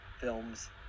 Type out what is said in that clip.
films